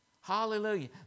Hallelujah